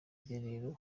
rugerero